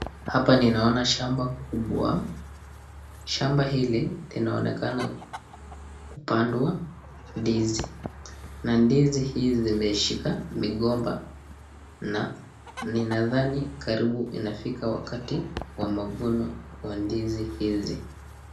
Hapa ninaona shamba kubwa, shamba hili linaonekana kupandwa ndizi na ndizi hizi zimeshika mgomba na ninadhani karibu inafika wakati wa mavuno wa ndizi hizi.